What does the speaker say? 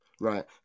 Right